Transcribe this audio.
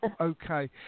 okay